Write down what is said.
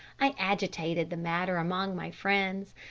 i agitated the matter among my friends,